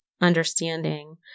understanding